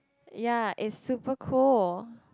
ya it's super cool